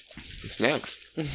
Snacks